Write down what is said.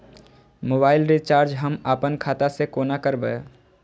Mobile recharge हम आपन खाता से कोना करबै?